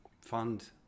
fund